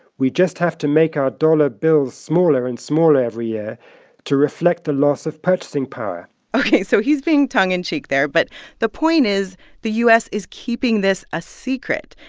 we just have to make our dollar bills smaller and smaller every year to reflect the loss of purchasing power ok, so he's being tongue-in-cheek there. but the point is the u s. is keeping this a secret.